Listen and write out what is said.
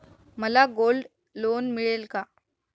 मला gold loan मिळेल का?